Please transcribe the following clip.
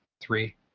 Three